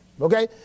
okay